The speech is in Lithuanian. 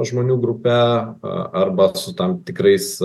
žmonių grupe arba su tam tikrais